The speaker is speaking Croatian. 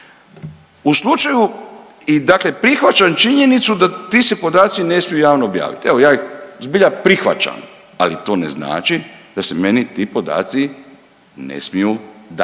U slučaju i dakle prihvaćam činjenicu da ti se podaci ne smiju javno objavit, evo ja ih zbilja prihvaćam, ali to ne znači da se meni ti podaci ne smiju dati.